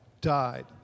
died